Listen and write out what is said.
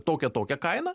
tokią tokią kainą